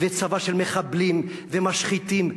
"צבא של מחבלים" ו"משחיתים".